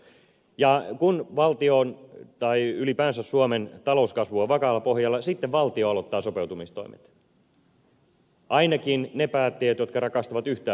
ja kun valtion tai ylipäänsä suomen talouskasvu on vakaalla pohjalla sitten valtio aloittaa sopeutumistoimet ainakin ne päättäjät aloittavat jotka rakastavat yhtään hyvinvointiyhteiskuntaa